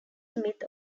smith